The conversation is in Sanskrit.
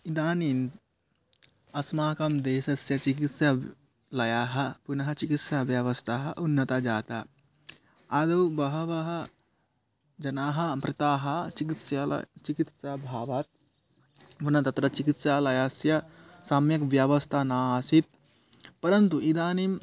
इदानीम् अस्माकं देशस्य चिकित्सालयाः पुनः चिकित्साव्यवस्था उन्नता जाता आदौ बहवः जनाः भृताः चिकित्सालये चिकित्साभावात् पुनः तत्र चिकित्सालयस्य सम्यग्व्यवस्था न आसीत् परन्तु इदानीं